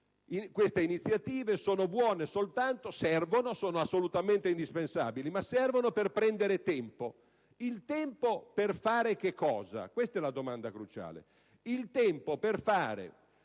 queste iniziative sono assolutamente indispensabili, ma servono per prendere tempo. Il tempo per fare che cosa? Questa è la domanda cruciale.